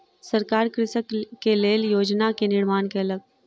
सरकार कृषक के लेल योजना के निर्माण केलक